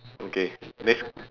okay next